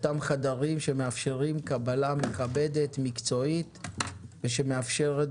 אותם חדרים שמאפשרים קבלה מכבדת ומקצועית שמאפשרת